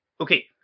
Okay